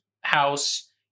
house